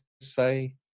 say